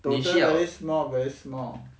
total very small very small